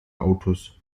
autos